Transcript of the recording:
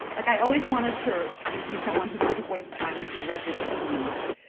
like, i always wanted to be someone who didn't waste time and who read the tea leaves.